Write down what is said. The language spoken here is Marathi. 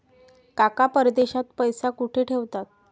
काका परदेशात पैसा कुठे ठेवतात?